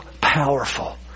powerful